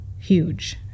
huge